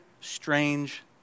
strange